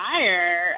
fire